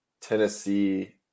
Tennessee